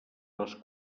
les